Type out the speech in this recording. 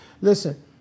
listen